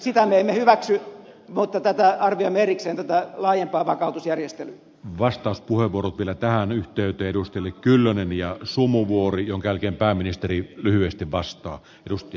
sitä me emme hyväksy mutta tätä laajempaa vakautusjärjestely vastauspuheenvuoro pidetään yhtiö perusteli kyllönen ja sumuvuori jonka jälkeen pääministeri vakautusjärjestelyä arvioimme erikseen